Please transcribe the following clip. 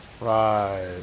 Right